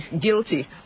guilty